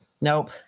Nope